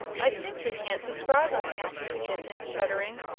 i simply can't describe em, answered the kitten, shuddering.